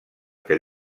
que